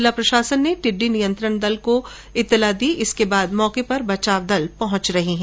जिला प्रशासन ने टिड्डी नियंत्रण दल को इतला दी जिसके बाद मौके पर बचाव दल पहुंच रहे हैं